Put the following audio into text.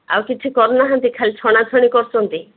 ଆଉ କିଛି କରୁନାହାନ୍ତି ଖାଲି ଛଣାଛଣି କରୁଛନ୍ତି